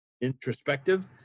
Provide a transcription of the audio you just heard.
introspective